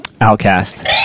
Outcast